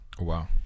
Wow